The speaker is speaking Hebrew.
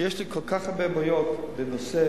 שיש לי כל כך הרבה בעיות בנושא,